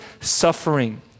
suffering